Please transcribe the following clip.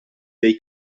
dei